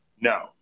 No